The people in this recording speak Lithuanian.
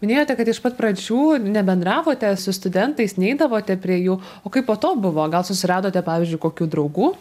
minėjote kad iš pat pradžių nebendravote su studentais neidavote prie jų o kaip po to buvo gal susiradote pavyzdžiui kokių draugų